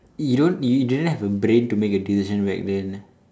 you don't you didn't have a brain to make a decision back then